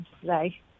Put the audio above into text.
today